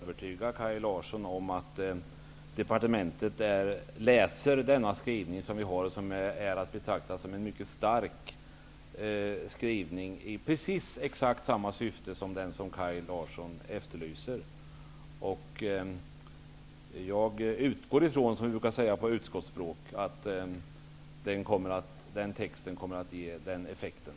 Herr talman! Jag är övertygad, Kaj Larsson, om att departementet läser utskottets skrivning. Det är en mycket stark skrivning med precis samma syfte som det som Kaj Larsson efterlyser. Jag utgår ifrån -- som vi brukar säga på utskottsspråk -- att texten kommer att ge den effekten.